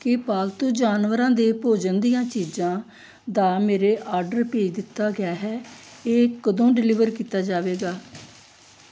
ਕੀ ਪਾਲਤੂ ਜਾਨਵਰਾਂ ਦੇ ਭੋਜਨ ਦੀਆਂ ਚੀਜ਼ਾਂ ਦਾ ਮੇਰਾ ਆਰਡਰ ਭੇਜ ਦਿੱਤਾ ਗਿਆ ਹੈ ਇਹ ਕਦੋਂ ਡਿਲੀਵਰ ਕੀਤਾ ਜਾਵੇਗਾ